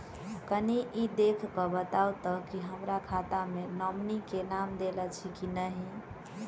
कनि ई देख कऽ बताऊ तऽ की हमरा खाता मे नॉमनी केँ नाम देल अछि की नहि?